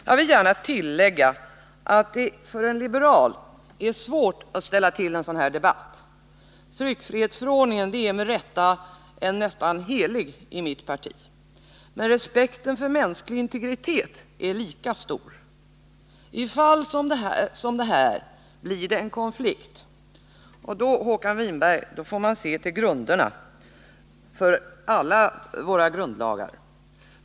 Jag vill gärna tillägga att det för en liberal är svårt att ställa till en sådan här debatt. Tryckfrihetsförordningen är med rätta nästan helig i mitt parti. Men respekten för mänsklig integritet är lika stor. I fall som det här blir det en konflikt, och då, Håkan Winberg, får man se till grunderna för alla våra grundlagar.